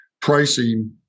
pricing